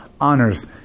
honors